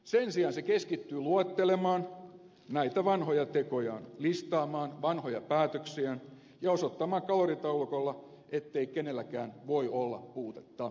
sen sijaan se keskittyy luettelemaan näitä vanhoja tekojaan listaamaan vanhoja päätöksiään ja osoittamaan kaloritaulukolla ettei kenelläkään voi olla puutetta nykyhallituksen aikana